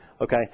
Okay